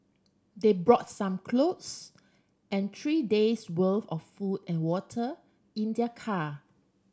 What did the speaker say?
they brought some clothes and three days' worth of food and water in their car